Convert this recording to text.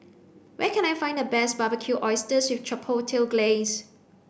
where can I find the best Barbecued Oysters Chipotle Glaze